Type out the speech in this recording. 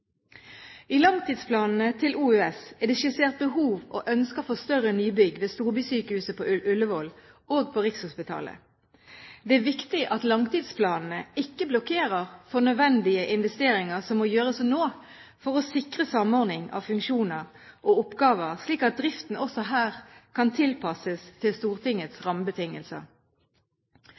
I langtidsplanene til Oslo universitetssykehus er det skissert behov og ønsker for større nybygg ved storbysykehuset på Ullevål og på Rikshospitalet. Det er viktig at langtidsplanene ikke blokkerer for nødvendige investeringer som må gjøres nå for å sikre samordning av funksjoner og oppgaver, slik at driften også her kan tilpasses Stortingets rammebetingelser.